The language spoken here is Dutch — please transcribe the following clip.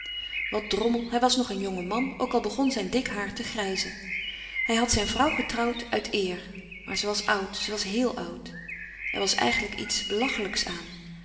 wat drommel hij was nog een jonge man ook al begon zijn dik haar te grijzen hij had zijn vrouw getrouwd uit eer maar ze was oud ze was heel oud er was eigenlijk iets belachelijks aan